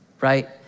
right